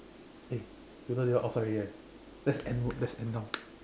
eh you know they all outside already right let's end work let's end now